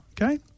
okay